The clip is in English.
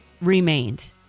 remained